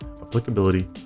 applicability